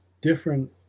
different